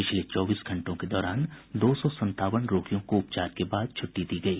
पिछले चौबीस घंटों के दौरान दो सौ संतावन रोगियों को उपचार के बाद छुट्टी दी गयी